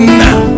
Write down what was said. now